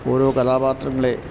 ഓരോ കഥാപാത്രങ്ങളെ